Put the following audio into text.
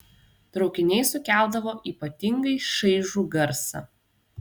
traukiniai sukeldavo ypatingai šaižų garsą